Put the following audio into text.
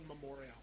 Memorial